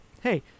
hey